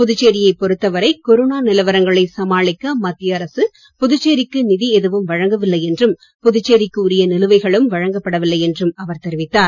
புதுச்சேரியை பொறுத்த வரை கொரோனா நிலவரங்களை சமாளிக்க மத்திய அரசு புதுச்சேரிக்கு நிதி எதுவும் வழங்கவில்லை என்றும் புதுச்சேரிக்குரிய நிலுவைகளும் வழங்கப்பட வில்லை என்றும் அவர் தெரிவித்தார்